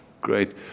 Great